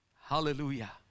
Hallelujah